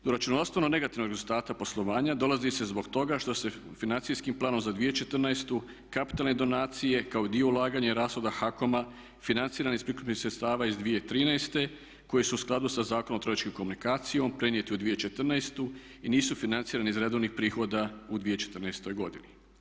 Do računovodstveno negativnog rezultata poslovanja dolazi se zbog toga što se Financijskim planom za 2014. kapitalne donacije kao i dio ulaganja i rashoda HAKOM-a financiranih iz prikupljenih sredstava iz 2013. koji su u skladu sa Zakonom o trgovačkoj komunikacijom prenijeti u 2014. i nisu financirani iz redovnih prihoda u 2014. godini.